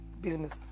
business